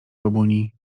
babuni